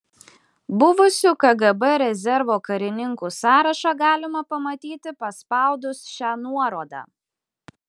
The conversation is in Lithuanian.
buvusių kgb rezervo karininkų sąrašą galima pamatyti paspaudus šią nuorodą